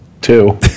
two